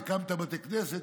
הקמת בתי כנסת,